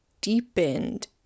deepened